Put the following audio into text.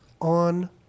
on